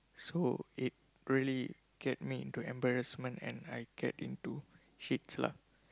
so it really get me into embarrassment and I get into heats lah